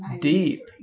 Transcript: deep